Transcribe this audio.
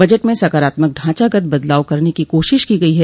budget में सकारात्मक ढांचागत बदलाव करने की कोशिश की गई है